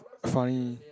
funny